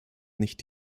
nicht